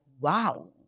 wow